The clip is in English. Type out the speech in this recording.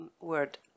word